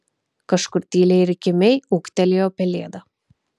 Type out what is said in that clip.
kažkur tyliai ir kimiai ūktelėjo pelėda